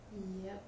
yup